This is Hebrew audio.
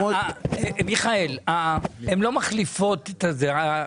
מיכאל, הן לא מחליפות את הממשלה.